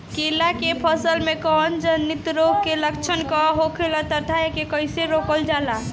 केला के फसल में कवक जनित रोग के लक्षण का होखेला तथा एके कइसे रोकल जाला?